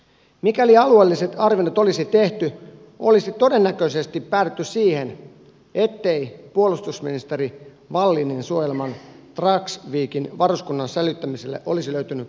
mikäli alueelliset arvioinnit olisi tehty olisi todennäköisesti päädytty siihen ettei puolustusministeri wallinin suojeleman dragsvikin varuskunnan säilyttämiselle olisi löytynyt kestäviä perusteluja